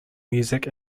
music